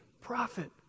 prophet